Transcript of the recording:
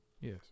yes